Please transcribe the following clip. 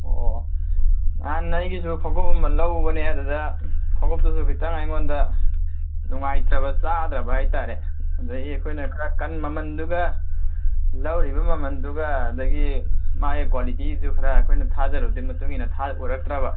ꯑꯣ ꯑꯣ ꯅꯍꯥꯟ ꯑꯩꯒꯤꯁꯨ ꯈꯣꯡꯎꯞ ꯑꯃ ꯂꯧꯕꯅꯦ ꯑꯗꯨꯗ ꯈꯣꯡꯎꯞꯇꯨꯁꯨ ꯈꯤꯇꯪ ꯑꯩꯉꯣꯟꯗ ꯅꯨꯡꯉꯥꯏꯇꯕ ꯆꯥꯗ꯭ꯔꯥꯕ ꯍꯥꯏꯇꯔꯦ ꯑꯗꯒꯤ ꯑꯩꯈꯣꯏꯅ ꯈꯔ ꯃꯃꯟꯗꯨꯒ ꯂꯧꯔꯤꯕ ꯃꯃꯟꯗꯨꯒ ꯑꯗꯒꯤ ꯃꯥꯏ ꯀ꯭ꯋꯥꯂꯤꯇꯤꯗꯨ ꯈꯔ ꯑꯩꯈꯣꯏꯅ ꯊꯥꯖꯔꯨꯏꯗꯨꯒꯤ ꯃꯇꯨꯡ ꯏꯟꯅ ꯑꯣꯏꯔꯛꯇ꯭ꯔꯕ